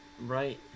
Right